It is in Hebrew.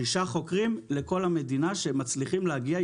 6 חוקרים לכל המדינה שמצליחים להגיע.